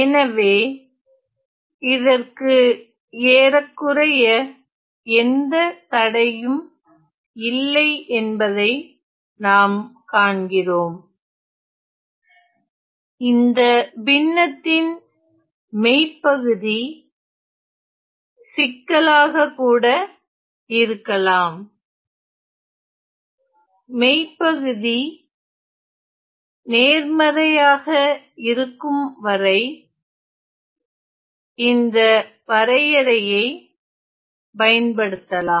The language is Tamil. எனவே இதற்கு ஏறக்குறைய எந்த தடையும் இல்லை என்பதை நாம் காண்கிறோம் இந்த பின்னத்தின் மெய்ப்பகுதி சிக்கலாகக்கூட இருக்கலாம் மெய்ப்பகுதி நேர்மறையாக இருக்கும்வரை இந்த வரையறையை பயன்படுத்தலாம்